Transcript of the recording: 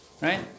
right